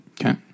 Okay